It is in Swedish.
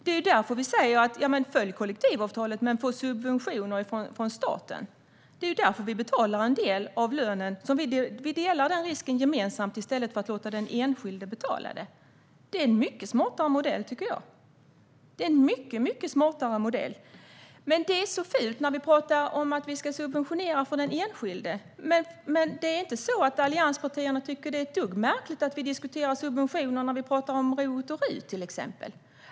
Det är därför vi säger: Följ kollektivavtalet, men få subventioner från staten! Det är därför vi betalar en del av lönen. Vi delar den risken gemensamt i stället för att låta den enskilde betala. Jag tycker att det är en mycket smartare modell. Allianspartierna tycker inte att det är ett dugg märkligt att vi diskuterar subventioner när vi pratar om till exempel ROT och RUT. Det tycker de däremot när vi pratar om att vi ska subventionera för den enskilde, och detta tycker jag är fult.